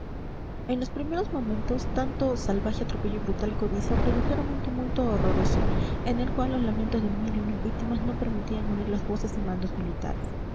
en los primeros momentos tanto salvaje atropello y brutal codicia produjeron un tumulto horroroso en el cual los lamentos de mil y mil víctimas no permitían oír las voces y mandos militares